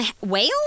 whale